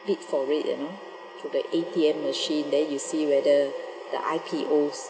wait for it you know through the A_T_M machine then you see whether the I_P_O